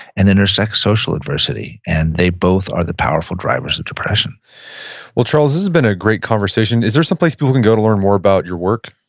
and intersex social adversity, and they both are the powerful drivers of depression well, charles, this has been a great conversation. is there some place people can go to learn more about your work?